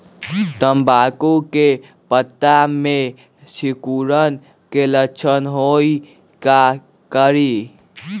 तम्बाकू के पत्ता में सिकुड़न के लक्षण हई का करी?